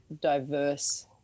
diverse